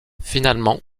finalement